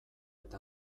eta